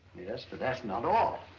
yes, but that's not all.